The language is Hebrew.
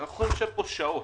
אני יכול לשבת פה שעות